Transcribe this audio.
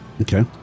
Okay